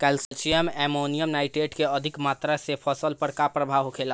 Calcium ammonium nitrate के अधिक मात्रा से फसल पर का प्रभाव होखेला?